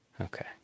Okay